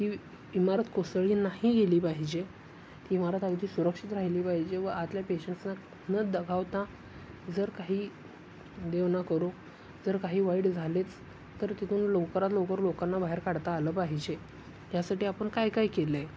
की इमारत कोसळली नाही गेली पाहिजे की इमारत अगदी सुरक्षित राहिली पाहिजे व आतल्या पेशंट्सना न दगावता जर काही देव ना करो जर काही वाईट झालेच तर तिथून लवकरात लवकर लोकांना बाहेर काढता आलं पाहिजे यासाठी आपण काय काय केलं आहे